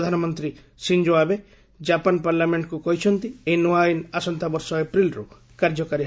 ପ୍ରଧାନମନ୍ତ୍ରୀ Shinzo Abe Japan ପାର୍ଲାମେଷ୍ଟକୁ କହିଛନ୍ତି ଏହି ନୂଆ ଆଇନ ଆସନ୍ତାବର୍ଷ ଏପ୍ରିଲ୍ରୁ କାର୍ଯ୍ୟକାରୀ ହେବ